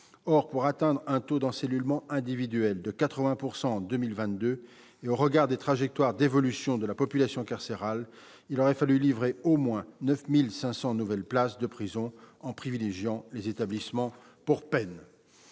Or, pour atteindre un taux d'encellulement individuel de 80 % en 2022, et au regard des trajectoires d'évolution de la population carcérale, il aurait fallu livrer au moins 9 500 nouvelles places de prison, en privilégiant les établissements pour peines.